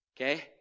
Okay